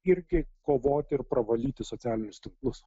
irgi kovoti ir pravalyti socialinius tinklus